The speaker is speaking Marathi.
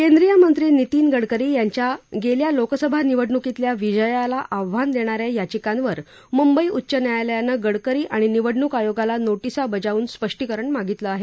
केंद्रीय मंत्री नितीन गडकरी यांच्या गेल्या लोकसभा निवडणुकीतल्या विजयाला आव्हान देणा या याचिकांवर मुंबई उच्च न्यायालयानं गडकरी आणि निवडणुक आयोगाला नोटीसा बजावून स्पष्टीकरण मागितलं आहे